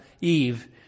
Eve